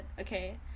okay